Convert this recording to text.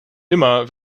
immer